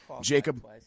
jacob